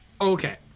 okay